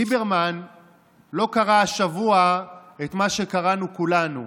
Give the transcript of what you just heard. ליברמן לא קרא השבוע את מה שקראנו כולנו,